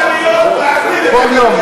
להחרים את הכלכלה.